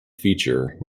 feature